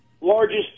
largest